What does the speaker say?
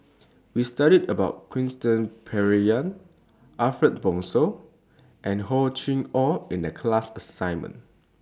We studied about Quentin Pereira Ariff Bongso and Hor Chim Or in The class assignment